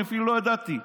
אני אפילו לא ידעתי,